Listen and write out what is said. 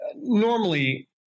normally